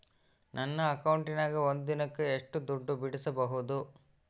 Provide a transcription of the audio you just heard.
ನನ್ನ ಅಕೌಂಟಿನ್ಯಾಗ ಒಂದು ದಿನಕ್ಕ ಎಷ್ಟು ದುಡ್ಡು ಬಿಡಿಸಬಹುದು?